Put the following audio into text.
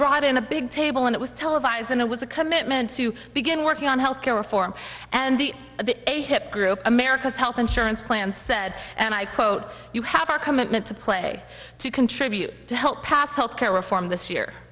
brought in a big table and it was televised and it was a commitment to begin working on health care reform and the a hip group america's health insurance plans said and i quote you have our commitment to play to contribute to help pass health care reform this year